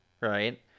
right